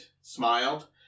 smiled